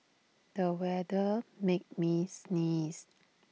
the weather made me sneeze